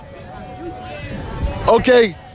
Okay